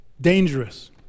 dangerous